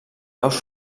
caus